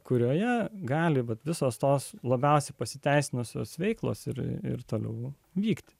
kurioje gali būti visos tos labiausiai pasiteisinusios veiklos ir toliau vykti